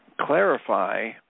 clarify